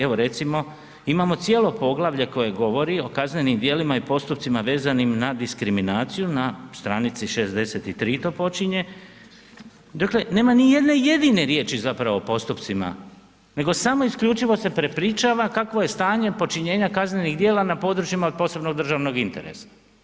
Evo recimo imamo cijelo poglavlje koje govori o kaznenim djelima i postupcima vezanim na diskriminaciju na stranici 63 to počinje, dakle nema ni jedne jedine riječi zapravo o postupcima, nego samo isključivo se prepričava kakvo je stanje počinjenja kaznenih djela na područjima od posebnog državnog interesa.